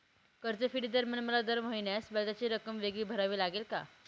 कर्जफेडीदरम्यान मला दर महिन्यास व्याजाची रक्कम वेगळी भरावी लागेल का?